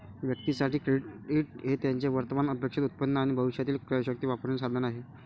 व्यक्तीं साठी, क्रेडिट हे त्यांचे वर्तमान अपेक्षित उत्पन्न आणि भविष्यातील क्रयशक्ती वापरण्याचे साधन आहे